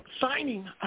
signing